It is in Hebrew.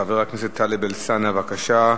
חבר הכנסת טלב אלסאנע, בבקשה.